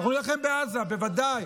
אנחנו נילחם בעזה, בוודאי.